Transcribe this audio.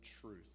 truth